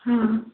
हा